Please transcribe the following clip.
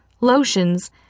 lotions